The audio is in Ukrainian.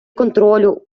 контролю